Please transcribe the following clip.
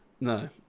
No